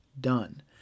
done